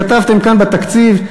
כתבתם כאן בתקציב: